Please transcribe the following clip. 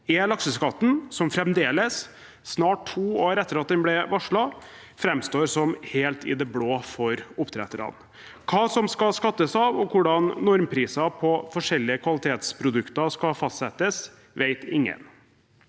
lakseskatten, som fremdeles – snart to år etter at den ble varslet – framstår som helt i det blå for oppdretterne. Hva som skal skattes av, og hvordan normpriser på forskjellige kvalitetsprodukter skal fastsettes, vet ingen.